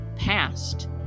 Past